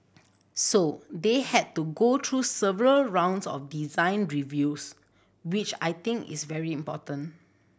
so they had to go through several rounds of design reviews which I think is very important